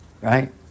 right